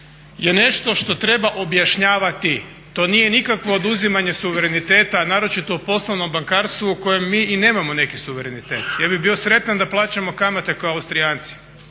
je nešto što treba objašnjavati. To nije nikakvo oduzimanje suvereniteta, a naročito u poslovnom bankarstvu u kojem mi i nemamo neki suverenitet. Ja bih bio sretan da plaćamo kamate kao Austrijanci.